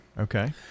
okay